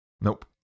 Nope